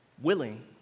willing